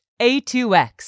A2X